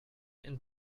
and